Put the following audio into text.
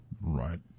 Right